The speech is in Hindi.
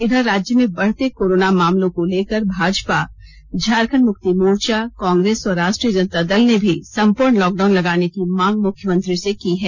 इधर राज्य में बढते कोरोना मामलों को लेकर भाजपा झारखंड मुक्ति मोर्चा कांग्रेस और राष्ट्रीय जनता दल ने भी संपर्ण लॉकडाउन लगाने की मांग मुख्यमंत्री से की है